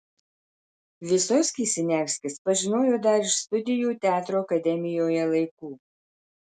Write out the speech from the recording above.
vysockį siniavskis pažinojo dar iš studijų teatro akademijoje laikų